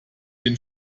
den